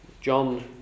John